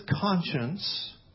conscience